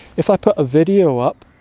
if i put a video up,